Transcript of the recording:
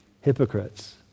hypocrites